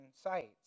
sites